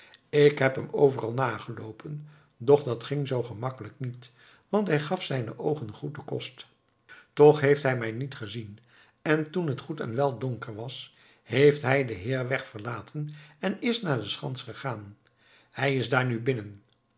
ik ben hem overal nageslopen doch dat ging zoo gemakkelijk niet want hij gaf zijnen oogen goed den kost toch heeft hij mij niet gezien en toen het goed en wel donker was heeft hij den heerweg verlaten en is naar de schans gegaan hij is daar nu binnen